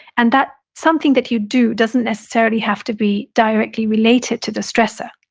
and that something that you do doesn't necessarily have to be directly related to the stressor.